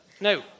No